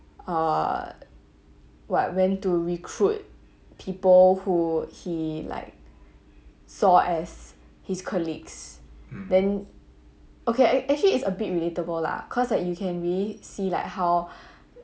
uh what went to recruit people who he like saw as his colleagues then okay act~ actually is a bit relatable lah cause like you can really see like how